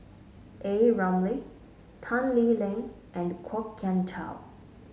A Ramli Tan Lee Leng and Kwok Kian Chow